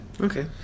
Okay